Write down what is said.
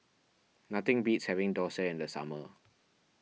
nothing beats having Dosa in the summer